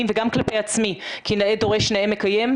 וגם כלפי עצמי כי נאה דורש ונאה מקיים,